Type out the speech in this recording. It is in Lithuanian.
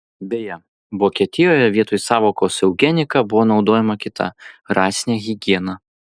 beje vokietijoje vietoj sąvokos eugenika buvo naudojama kita rasinė higiena